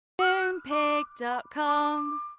Moonpig.com